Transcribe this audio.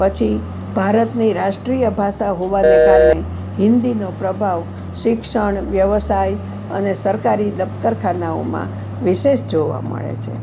પછી ભારતની રાષ્ટ્રીય ભાષા હોવાના કારણે હિન્દીનો પ્રભાવ શિક્ષણ વ્યવસાય અને સરકારી દફતરખાનાઓમાં વિશેષ જોવા મળે છે